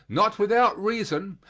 not without reason,